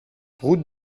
route